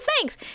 thanks